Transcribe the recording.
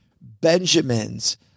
benjamins